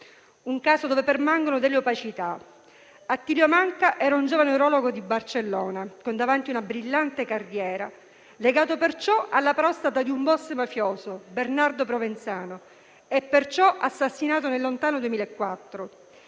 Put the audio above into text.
quale permangono delle opacità. Attilio Manca era un giovane urologo di Barcellona Pozzo di Gotto, con davanti una brillante carriera, legato pertanto alla prostata di un *boss* mafioso, Bernardo Provenzano, e perciò assassinato nel lontano 2004.